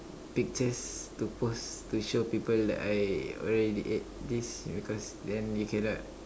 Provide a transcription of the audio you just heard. pictures to post to show people that I already ate this because then they cannot